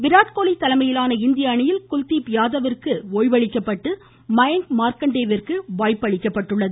விராட்கோலி தலைமையிலான இந்திய அணியில் குல்தீப் யாதவ்விற்கு ஓய்வளிக்கப்பட்டு மயங்க் மார்க்கண்டே விற்கு வாய்ப்பு அளிக்கப்பட்டுள்ளது